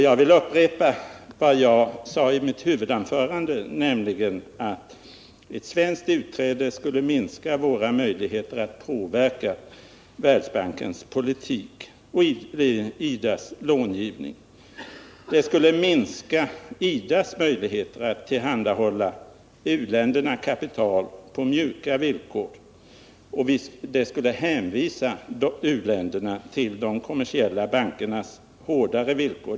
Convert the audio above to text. Jag vill upprepa vad jag sade i mitt huvudanförande, nämligen att ett svenskt utträde skulle minska våra möjligheter att påverka Världsbankens politik och IDA:s långivning. Det skulle minska IDA:s möjligheter att tillhandahålla u-länderna kapital på mjuka villkor och hänvisa u-länderna till de kommersiella bankernas hårdare villkor.